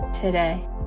today